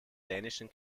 dänischen